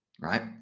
right